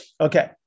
Okay